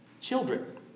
children